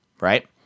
right